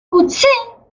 potser